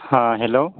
ہاں ہیلو